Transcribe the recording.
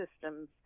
systems